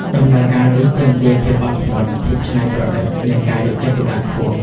ដំណើរការនេះទាមទារភាពអត់ធ្មត់ ភាពច្នៃប្រឌិត និងការយកចិត្តទុកដាក់ខ្ពស់។